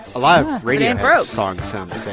a lot of radiohead songs sound the same